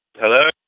Hello